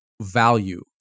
value